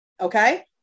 okay